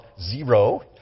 zero